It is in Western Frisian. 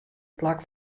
plak